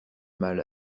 mal